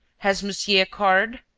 has monsieur a card?